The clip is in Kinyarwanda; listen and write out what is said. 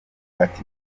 ati